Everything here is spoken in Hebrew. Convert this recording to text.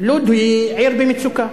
לוד היא עיר במצוקה.